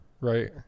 Right